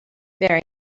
very